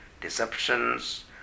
deceptions